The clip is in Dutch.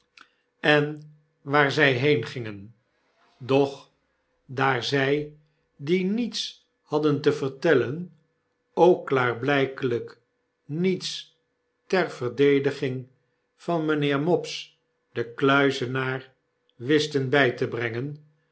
en waarzy mopes de kluizenaar heengingen doch daar zq die niets haddente vertellen ook klaarblykelijk niets ter verdediging van mynheer mopes den kluizenaar wisten bij te brengen